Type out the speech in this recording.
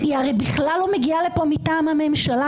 הצעת החוק הרי בכלל לא מגיעה לפה מטעם הממשלה,